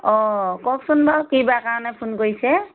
অঁ কওকচোন বাৰু কি বা কাৰণে ফোন কৰিছে